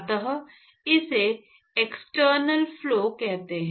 अतः इसे external flow कहते हैं